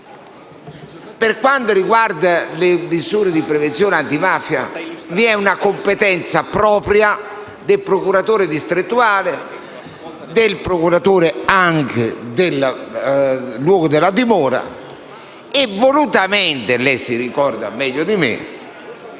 per quanto riguarda le misure di prevenzione antimafia, vi è una competenza propria del procuratore distrettuale, del procuratore anche del luogo della dimora e, volutamente, come lei ricorda meglio di me,